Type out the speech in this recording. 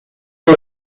for